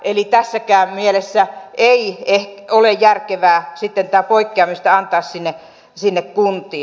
eli tässäkään mielessä ei ole järkevää sitten tätä poikkeamista antaa sinne kuntiin